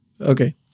Okay